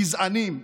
גזענים.